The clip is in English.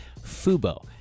Fubo